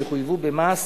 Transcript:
והם יחויבו במס